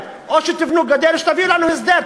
או שתבנו גדר או שתביאו לנו הסדר.